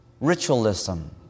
ritualism